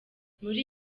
muri